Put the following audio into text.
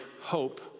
hope